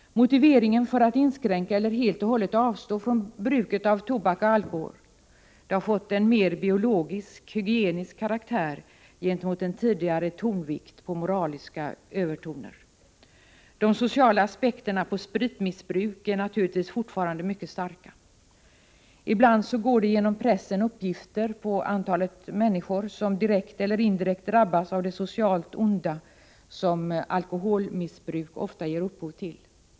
Motiveringen för att inskränka på eller helt och hållet avstå från bruket av tobak och alkohol har fått en mer biologiskhygienisk karaktär jämfört med den tidigare tonvikten på moraliska övertoner. De sociala aspekterna på spritmissbruk är naturligtvis fortfarande mycket starka. Ibland ges det uppgifter i pressen på antalet människor som direkt eller indirekt drabbas av det socialt onda som alkoholmissbruk ofta ger upphov till.